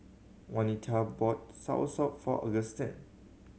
Wanita bought soursop for Augustine